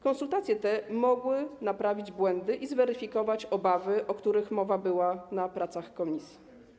Konsultacje te mogłyby naprawić błędy i zweryfikować obawy, o których mowa była podczas prac komisji.